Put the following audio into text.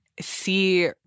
see